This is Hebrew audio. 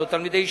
תלמידי ישיבות,